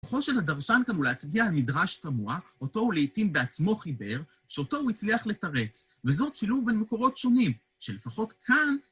‫כוחו של הדרשן כאן הוא להצביע ‫על מדרש תמוה, ‫אותו הוא לעיתים בעצמו חיבר, ‫שאותו הוא הצליח לתרץ, ‫וזאת שילוב בין מקורות שונים, ‫שלפחות כאן...